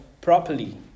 properly